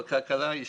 לכלכלה,